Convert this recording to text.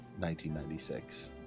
1996